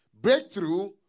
Breakthrough